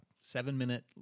seven-minute